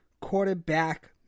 quarterback